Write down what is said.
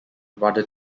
rather